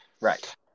right